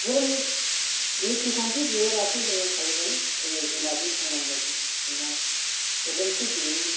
धोरोम निति खान्थि गैया लासे जोङो थायोबानो जोङो जुनारनि समान बायदि सोदोमस्रि गैयै